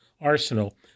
arsenal